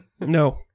No